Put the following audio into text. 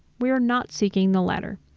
we are not seeking the latter.